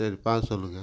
சரி பார்த்து சொல்லுங்கள்